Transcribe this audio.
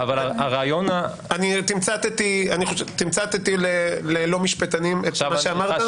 אני תמצתי ללא משפנים את מה שאמרת?